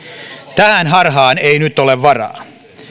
tähän harhaan ei nyt ole varaa